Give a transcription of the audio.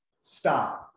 stop